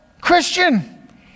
Christian